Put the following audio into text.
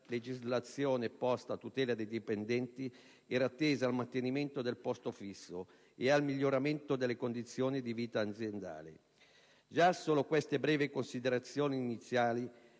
legislazione posta a tutela dei dipendenti era tesa al mantenimento del posto fisso e al miglioramento delle condizioni di vita aziendale. Già solo queste brevi considerazioni iniziali